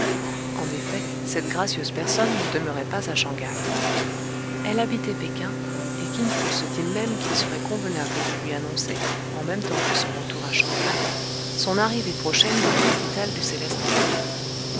en effet cette gracieuse personne ne demeurait pas à shang haï elle habitait péking et kin fo se dit même qu'il serait convenable de lui annoncer en même temps que son retour à shang haï son arrivée prochaine dans la capitale du céleste empire